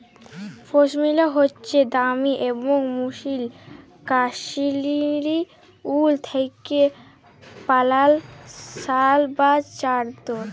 পশমিলা হছে দামি এবং মসৃল কাশ্মীরি উল থ্যাইকে বালাল শাল বা চাদর